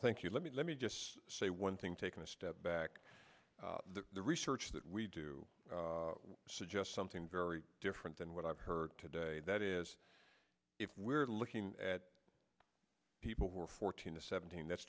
thank you let me let me just say one thing taking a step back the research that we do suggest something very different than what i've heard today that is if we're looking at people who are fourteen to seventeen that's